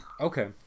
Okay